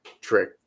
trick